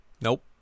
Nope